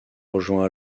rejoint